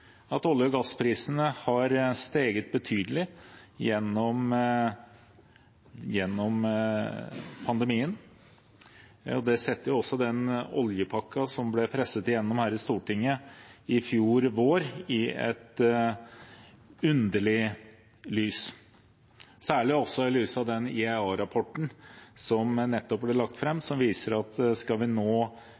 at olje- og gassprisene har steget betydelig gjennom pandemien. Det setter også den oljepakken som ble presset igjennom her i Stortinget i fjor vår, i et underlig lys, særlig også i lys av den IEA-rapporten som nettopp ble lagt fram, som viser at hvis vi skal nå